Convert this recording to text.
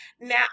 Now